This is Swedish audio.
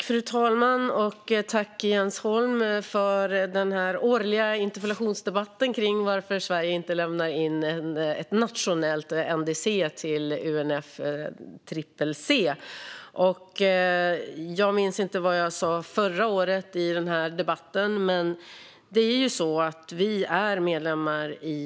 Fru talman! Tack för denna årliga interpellationsdebatt kring varför Sverige inte lämnar in ett nationellt NDC till UNFCCC, Jens Holm! Jag minns inte vad jag sa i den här debatten förra året, men det är ju så att vi är medlemmar i EU.